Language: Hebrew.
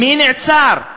מי נעצר?